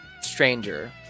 stranger